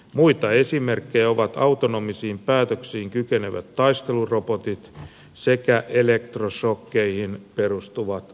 muita esimerkkejä ovat autonomisiin päätöksiin kykenevät taistelurobotit sekä elektroshokkeihin perustuvat aseet